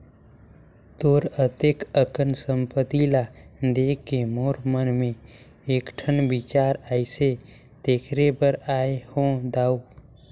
तोर अतेक अकन संपत्ति ल देखके मोर मन मे एकठन बिचार आइसे तेखरे बर आये हो दाऊ